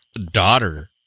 daughter